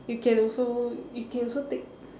you can also you can also take